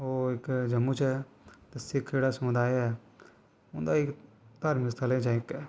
ओह् इक जम्मू च ऐ ते सिख जेह्ड़ा समुदाय ऐ उं'दा इक धरम स्थलें चा इक ऐ